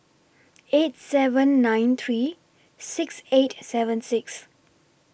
eight seven nine three six eight seven six